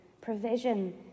Provision